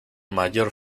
mayor